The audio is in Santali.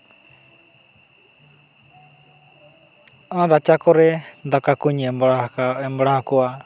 ᱚᱱᱟ ᱨᱟᱪᱟ ᱠᱚᱨᱮ ᱫᱟᱠᱟ ᱠᱩᱧ ᱮᱢ ᱵᱟᱲᱟ ᱟᱠᱚᱣᱟ